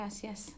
gracias